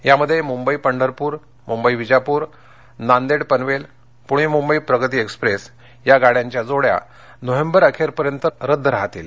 यामध्ये मुंबई पंढरपूर मुंबई विजापूर नांदेड पनवेल पूणे मुंबई प्रगती एक्सप्रेस या गाड्या नोव्हेंबर अखेरपर्यंत रद्द राहतील